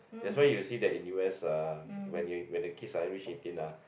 that's why you see that in U_S uh when your when the kids are reach eighteen ah